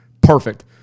perfect